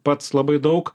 pats labai daug